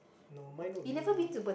no mine would be